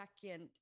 second-